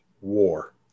war